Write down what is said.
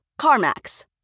CarMax